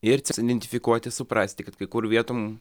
ir identifikuoti suprasti kad kai kur vietom